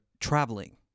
traveling